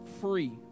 free